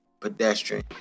pedestrian